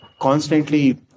constantly